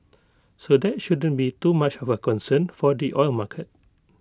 so that shouldn't be too much of A concern for the oil market